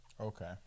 okay